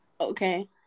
okay